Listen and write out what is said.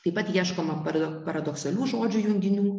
taip pat ieškoma para paradoksalių žodžių junginių